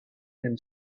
them